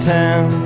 town